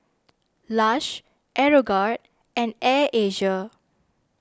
Lush Aeroguard and Air Asia